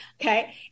Okay